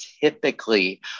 typically